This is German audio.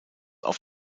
auf